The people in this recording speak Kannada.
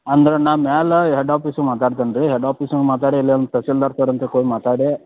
ಅಂದ್ರ ನಾ ಮ್ಯಾಲ ಹೆಡ್ ಆಫೀಸು ಮಾತಾಡ್ತೀನಿ ರೀ ಹೆಡ್ ಆಫೀಸು ಮಾತಾಡಿ ಇಲ್ಲೊಂದು ತಹಸೀಲ್ದಾರ್ ಸರ್ ಅಂತ ಹೋಯ್ ಮಾತಾಡಿ